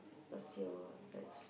that's your that's